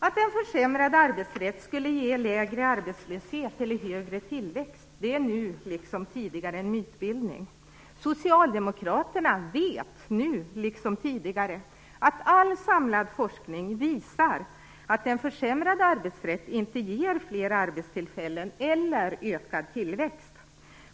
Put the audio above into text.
Att en försämrad arbetsrätt skulle ge lägre arbetslöshet eller högre tillväxt är nu, liksom tidigare, en mytbildning. Socialdemokraterna vet nu, liksom tidigare, att all samlad forskning visar att en försämrad arbetsrätt inte ger fler arbetstillfällen eller ökad tillväxt.